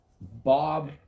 Bob